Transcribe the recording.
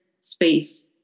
space